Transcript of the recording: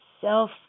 self